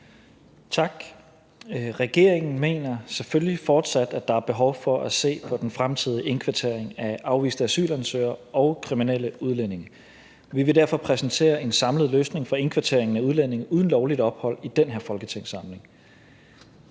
Regeringen mener selvfølgelig fortsat, at der er behov for at se på den fremtidige indkvartering af afviste asylansøgere og kriminelle udlændinge. Vi vil derfor præsentere en samlet løsning for indkvartering af udlændinge uden lovligt ophold i den her folketingssamling.